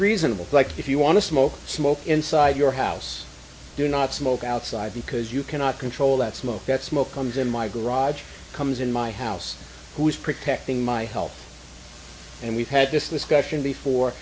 reasonable like if you want to smoke smoke inside your house do not smoke outside because you cannot control that smoke that smoke comes in my garage comes in my house who is protecting my health and we've had this discussion and before